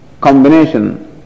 combination